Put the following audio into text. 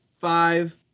five –